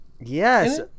Yes